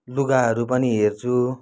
लुगाहरू पनि हेर्छु